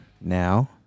now